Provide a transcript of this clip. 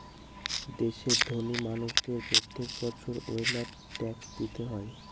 দেশের ধোনি মানুষদের প্রত্যেক বছর ওয়েলথ ট্যাক্স দিতে হয়